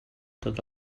tots